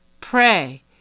Pray